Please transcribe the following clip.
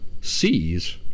sees